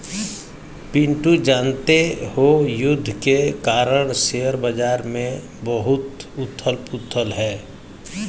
पिंटू जानते हो युद्ध के कारण शेयर बाजार में बहुत उथल पुथल है